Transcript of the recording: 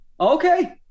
Okay